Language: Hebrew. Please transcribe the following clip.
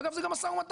אגב זה גם משא ומתן.